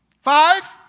Five